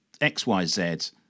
xyz